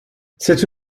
cette